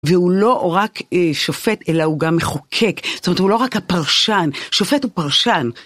והוא לא רק שופט אלא הוא גם מחוקק, זאת אומרת הוא לא רק הפרשן, שופט הוא פרשן.